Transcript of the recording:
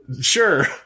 Sure